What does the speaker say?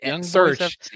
search